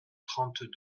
trente